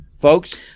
Folks